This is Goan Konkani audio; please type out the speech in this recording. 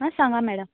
आ सांगां मॅडम